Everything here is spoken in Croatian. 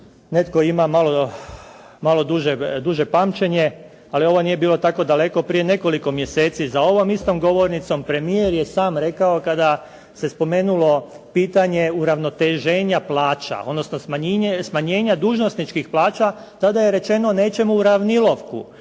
netko ima malo duže pamćenje, ali ovo nije bilo tako daleko. Prije nekoliko mjeseci za ovom istom govornicom premijer je sam rekao kada se spomenulo pitanje uravnoteženja plaća, odnosno smanjenja dužnosničkih plaća tada je rečeno nećemo uravnilovku.